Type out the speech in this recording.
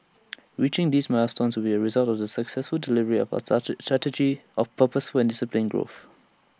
reaching these milestones will be A result of the successful delivery of our such strategy of purposeful and disciplined growth